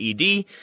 ed